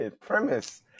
premise